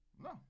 no